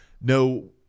No